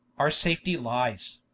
our safetie lyes